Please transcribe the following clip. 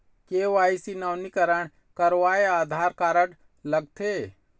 KYC नवीनीकरण करवाये Aadhaar card लगथे?